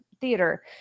theater